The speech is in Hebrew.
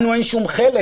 לנו אין שום חלק.